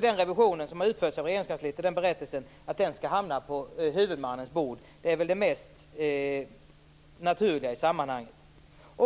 den revision som utförs av Regeringskansliet skall hamna på huvudmannens bord. Det är väl det mest naturliga i sammanhanget.